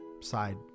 side